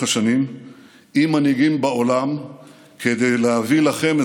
השנים עם מנהיגים בעולם כדי להביא לכם,